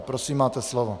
Prosím, máte slovo.